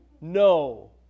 no